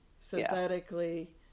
synthetically